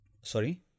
Sorry